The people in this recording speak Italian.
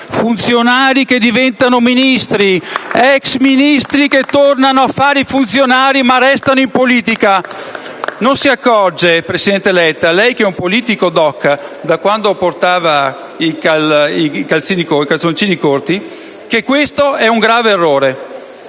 Funzionari che diventano Ministri, ex Ministri che tornano a fare i funzionari ma restando in politica. *(Applausi dal Gruppo LN-Aut)*. Non si accorge, presidente Letta, lei che è un politico doc da quando portava i calzoncini corti, che questo è il grave errore!